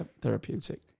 therapeutic